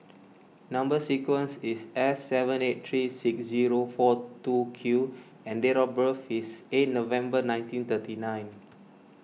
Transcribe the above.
Number Sequence is S seven eight three six zero four two Q and date of birth is eight November nineteen thirty nine